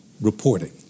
reporting